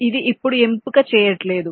ఇది ఇప్పుడు ఎంపిక చెయ్యట్లేదు